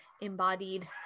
embodied